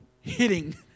hitting